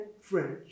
French